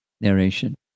narration